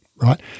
right